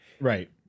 Right